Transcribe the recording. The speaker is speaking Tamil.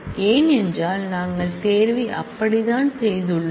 ஏனென்றால் நாங்கள் செலெக்சன் அப்படித்தான் செய்துள்ளோம்